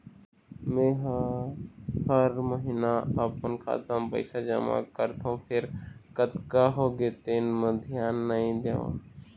मेंहा हर महिना अपन खाता म पइसा जमा करथँव फेर कतका होगे तेन म धियान नइ देवँव